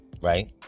right